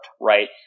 right